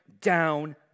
down